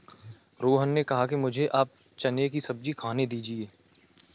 रोहन ने कहा कि मुझें आप चने की सब्जी खाने दीजिए